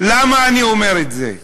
למה אני אומר את זה?